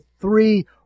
three